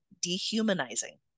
dehumanizing